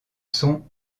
sont